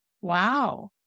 Wow